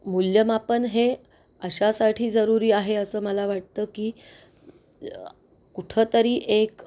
मूल्यमापन हे अशासाठी जरुरी आहे असं मला वाटतं की कुठंतरी एक